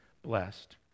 blessed